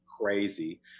crazy